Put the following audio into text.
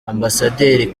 ambasaderi